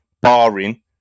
barring